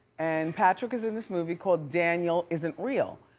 and patrick is in this movie called daniel isn't real.